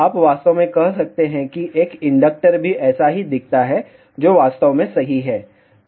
आप वास्तव में कह सकते हैं कि एक इंडक्टर भी ऐसा ही दिखता है जो वास्तव में सही है